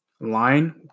Line